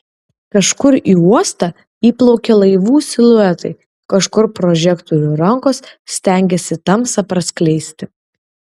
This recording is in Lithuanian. kažkur į uostą įplaukia laivų siluetai kažkur prožektorių rankos stengiasi tamsą praskleisti